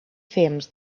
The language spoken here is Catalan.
fems